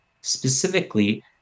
specifically